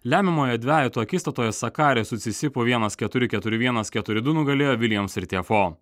lemiamoje dvejeto akistatoje sakari su sisipu vienas keturi keturi vienas keturi du nugalėjo vilijams ir tjefo